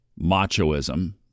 machoism